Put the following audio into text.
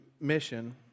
Mission